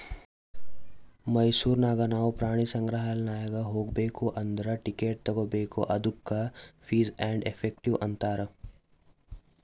ಮೈಸೂರ್ ನಾಗ್ ನಾವು ಪ್ರಾಣಿ ಸಂಗ್ರಾಲಯ್ ನಾಗ್ ಹೋಗ್ಬೇಕ್ ಅಂದುರ್ ಟಿಕೆಟ್ ತಗೋಬೇಕ್ ಅದ್ದುಕ ಫೀಸ್ ಆ್ಯಂಡ್ ಎಫೆಕ್ಟಿವ್ ಅಂತಾರ್